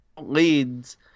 leads